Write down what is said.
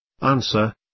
Answer